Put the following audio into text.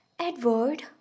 Edward